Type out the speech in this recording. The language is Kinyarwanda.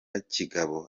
kigabo